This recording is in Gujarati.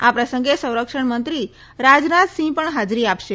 આ પ્રસંગે સંરક્ષણ મંત્રીરાજનાથસિંહ પણ હાજરી આપશે